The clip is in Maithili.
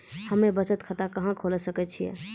हम्मे बचत खाता कहां खोले सकै छियै?